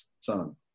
son